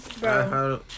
bro